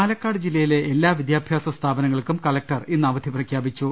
പാലക്കാട് ജില്ലയിലെ എല്ലാ വിദ്യാഭ്യാസ സ്ഥാപനങ്ങൾക്കും കല ക്ടർ ഇന്ന് അവധി പ്രഖ്യാപിച്ചു